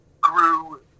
grew